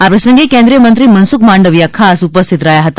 આ પ્રસંગે કેન્દ્રિયમંત્રી મનસુખ માંડવીયા ખાસ ઉપસ્થિત રહ્યા હતા